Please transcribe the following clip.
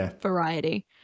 variety